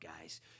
guys